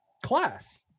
class